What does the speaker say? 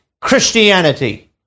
Christianity